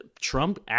Trump